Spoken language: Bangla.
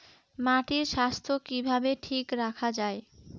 মাটির স্বাস্থ্য কিভাবে ঠিক রাখা যায়?